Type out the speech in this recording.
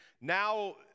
now